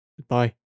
Goodbye